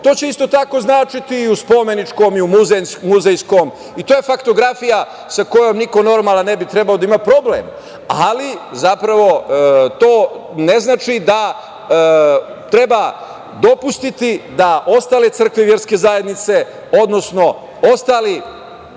to će isto tako značiti i spomeničkom i u muzejskom i to je faktografija sa kojom niko normalan ne bi trebao da ima problem, ali zapravo, to ne znači da treba dopustiti da ostale crkve i verske i zajednice, odnosno ostalo